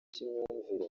cy’imyumvire